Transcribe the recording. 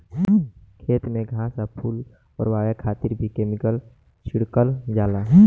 खेत में से घास आ फूस ओरवावे खातिर भी केमिकल छिड़कल जाला